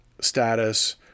status